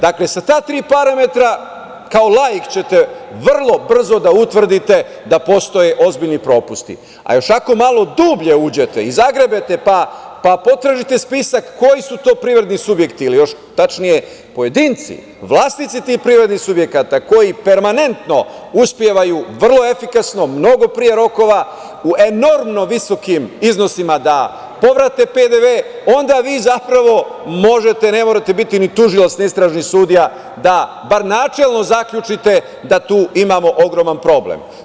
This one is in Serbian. Dakle, sa ta tri parametara, kao laik će te vrlo brzo da utvrdite da postoje ozbiljni propusti, a još ako malo dublje uđete i zagrebete, pa potražite spisak koji su to privredni subjekti, ili još tačnije pojedinci, vlasnici tih privrednih subjekata koji permanentno uspevaju vrlo efikasno, mnogo pre rokova, u enormno visokim iznosima da povrate PDV, onda vi zapravo možete, ne morate biti ni tužilac, ni istražni sudija, da bar načelno zaključite da tu imamo ogroman problem.